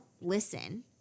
listen